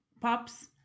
Pops